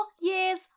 years